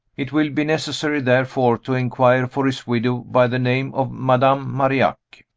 it will be necessary, therefore, to inquire for his widow by the name of madame marillac.